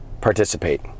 participate